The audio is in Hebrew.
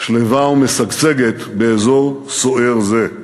שלווה ומשגשגת באזור סוער זה.